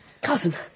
Cousin